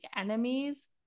enemies